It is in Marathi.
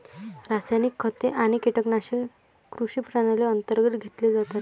रासायनिक खते आणि कीटकनाशके कृषी प्रणाली अंतर्गत घेतले जातात